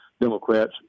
Democrats